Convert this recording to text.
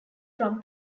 from